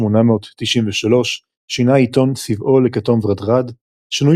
ב-1893 שינה העיתון צבעו לכתום-ורדרד - שינוי